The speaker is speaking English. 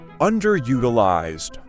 underutilized